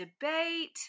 debate